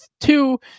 two